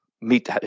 meet